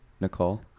Nicole